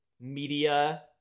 media